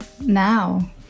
now